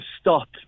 stop